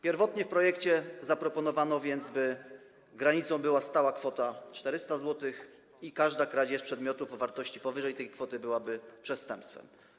Pierwotnie w projekcie zaproponowano więc, by granicą była stała kwota 400 zł i każda kradzież przedmiotów o wartości powyżej tej kwoty byłaby przestępstwem.